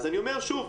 אני אומר שוב,